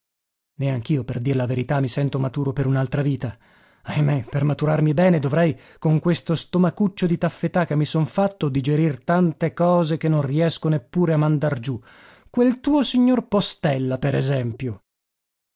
neanch'io per dir la verità mi sento maturo per un'altra vita ahimè per maturarmi bene dovrei con questo stomacuccio di taffetà che mi son fatto digerir tante cose che non riesco neppure a mandar giù quel tuo signor postella per esempio